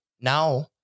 Now